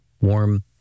warm